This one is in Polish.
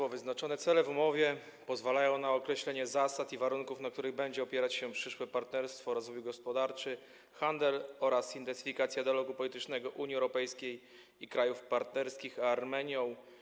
Cele wyznaczone w umowie pozwalają na określenie zasad i warunków, na których będzie opierać się przyszłe partnerstwo, rozwój gospodarczy, handel oraz intensyfikacja dialogu politycznego między Unią Europejską i krajami partnerskimi a Armenią.